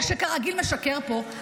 שכרגיל משקר פה,